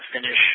finish